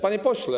Panie Pośle!